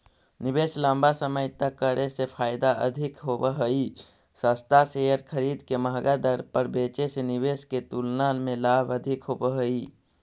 निवेश लंबा समय तक करे से फायदा अधिक होव हई, सस्ता शेयर खरीद के महंगा दर पर बेचे से निवेश के तुलना में लाभ अधिक होव हई